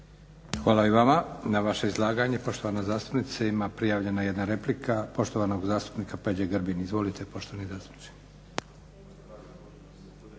Hvala i vama. Na vaše izlaganje poštovana zastupnice ima prijavljena jedna replika, poštovanog zastupnika Peđe Grbina. Izvolite poštovani zastupniče.